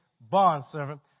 bondservant